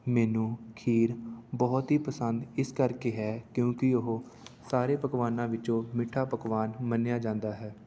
ਮੈਨੂੰ ਖੀਰ ਬਹੁਤ ਹੀ ਪਸੰਦ ਇਸ ਕਰਕੇ ਹੈ ਕਿਉਂਕਿ ਉਹ ਸਾਰੇ ਪਕਵਾਨਾਂ ਵਿੱਚੋਂ ਮਿੱਠਾ ਪਕਵਾਨ ਮੰਨਿਆ ਜਾਂਦਾ ਹੈ